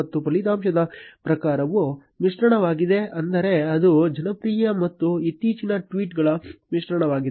ಮತ್ತು ಫಲಿತಾಂಶದ ಪ್ರಕಾರವು ಮಿಶ್ರಣವಾಗಿದೆ ಅಂದರೆ ಅದು ಜನಪ್ರಿಯ ಮತ್ತು ಇತ್ತೀಚಿನ ಟ್ವೀಟ್ ಗಳ ಮಿಶ್ರಣವಾಗಿದೆ